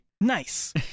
Nice